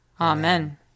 Amen